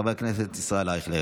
חבר הכנסת ישראל אייכלר,